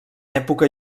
època